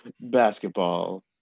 basketball